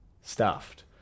stuffed